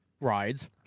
rides